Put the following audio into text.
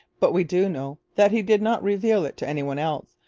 but we do know that he did not reveal it to any one else,